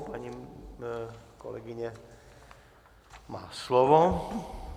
Paní kolegyně má slovo.